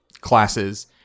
classes